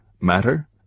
matter